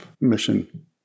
mission